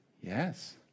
Yes